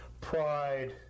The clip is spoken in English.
pride